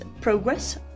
progress